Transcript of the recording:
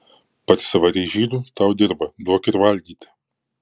parsivarei žydų tau dirba duok ir valgyti